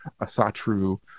Asatru